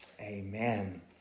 Amen